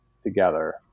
together